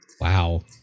Wow